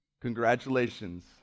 Congratulations